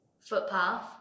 footpath